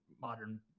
modern